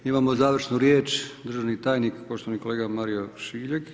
Imamo završnu riječ, državni tajnik poštovani kolega Mario Šiljeg.